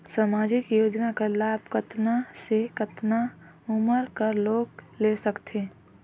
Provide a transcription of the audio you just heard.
समाजिक योजना कर लाभ कतना से कतना उमर कर लोग ले सकथे?